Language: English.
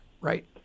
right